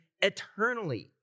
eternally